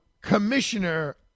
commissioner